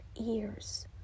ears